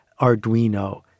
Arduino